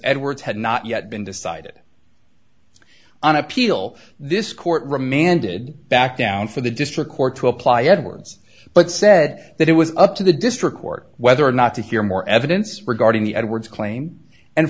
edwards had not yet been decided on appeal this court remanded back down for the district court to apply edwards but said that it was up to the district court whether or not to hear more evidence regarding the edwards claim and